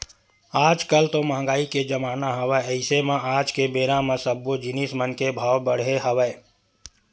आज कल तो मंहगाई के जमाना हवय अइसे म आज के बेरा म सब्बो जिनिस मन के भाव बड़हे हवय